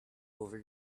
over